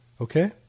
Okay